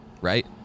right